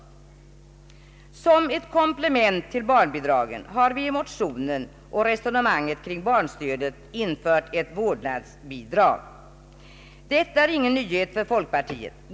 Såsom ett komplement till barnbidragen har vi i reservationen och resonemanget kring barnstödet infört ett vårdnadsbidrag. Detta är ingen nyhet för folkpartiet.